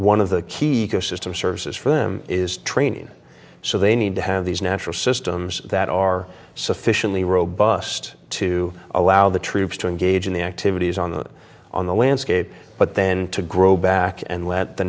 one of the kiko system services for them is training so they need to have these natural systems that are sufficiently robust to allow the troops to engage in the activities on them on the landscape but then to grow back and let the